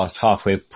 halfway